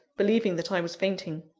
believing that i was fainting.